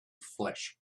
flesh